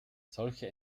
solche